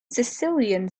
sicilian